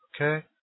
Okay